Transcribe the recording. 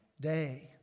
day